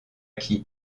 qui